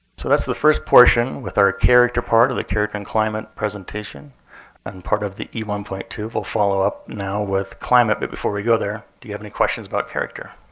so that's the first portion with our character part of the character and climate presentation and part of the e one point two. we'll follow up now with climate. but before we go there, do you have any questions about character?